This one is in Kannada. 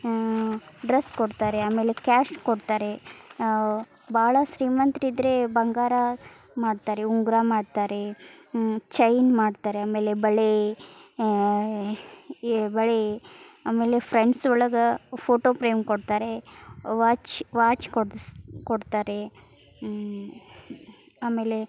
ಡ್ರಸ್ ಕೊಡ್ತಾರೆ ಆಮೇಲೆ ಕ್ಯಾಶ್ ಕೊಡ್ತಾರೆ ಭಾಳ ಶ್ರೀಮಂತ್ರ್ ಇದ್ದರೆ ಬಂಗಾರ ಮಾಡ್ತಾರೆ ಉಂಗುರ ಮಾಡ್ತಾರೆ ಚೈನ್ ಮಾಡ್ತಾರೆ ಆಮೇಲೆ ಬಳೆ ಏ ಬಳೆ ಆಮೇಲೆ ಫ್ರೆಂಡ್ಸ್ ಒಳಗೆ ಫೋಟೋ ಪ್ರೇಮ್ ಕೊಡ್ತಾರೆ ವಾಚ್ ವಾಚ್ ಕೊಡ್ಸಿ ಕೊಡ್ತಾರೆ ಆಮೇಲೆ